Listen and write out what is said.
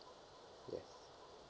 yes